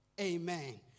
Amen